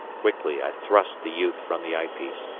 quickly i thrust the youth from the eyepiece,